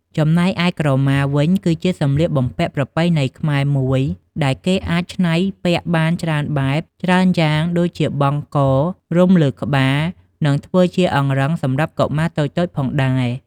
ចំណែកឯក្រម៉ាវិញគឺជាសម្លៀកបំពាក់ប្រពៃណីខ្មែរមួយដែលគេអាចឆ្នៃពាក់បានច្រើនបែបច្រើនយ៉ាងដូចជាបង់ក រុំលើក្បាលនិងធ្វើជាអង្រឹងសម្រាប់កុមារតូចៗផងដែរ។